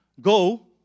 Go